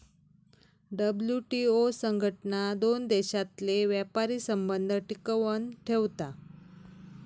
WTO संघटना दोन देशांतले व्यापारी संबंध टिकवन ठेवता